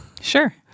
sure